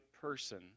person